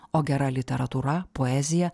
o gera literatūra poezija